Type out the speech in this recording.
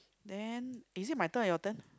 then is it my turn or your turn